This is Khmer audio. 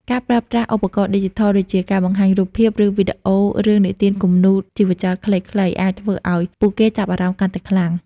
ការប្រើប្រាស់ឧបករណ៍ឌីជីថល ដូចជាការបង្ហាញរូបភាព ឬវីដេអូរឿងនិទានគំនូរជីវចលខ្លីៗ អាចធ្វើឱ្យពួកគេចាប់អារម្មណ៍កាន់តែខ្លាំង។